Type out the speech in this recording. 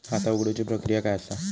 खाता उघडुची प्रक्रिया काय असा?